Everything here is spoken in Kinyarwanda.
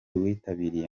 witabiriye